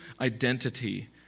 identity